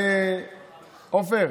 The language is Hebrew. עופר,